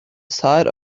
side